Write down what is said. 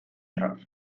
error